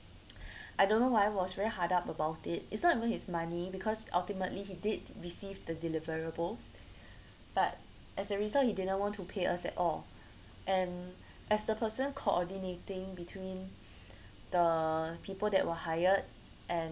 I don't know why he was very hard up about it it's not even his money because ultimately he did receive the deliverables but as a result he didn't want to pay us at all and as the person coordinating between the people that were hired and